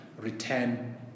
return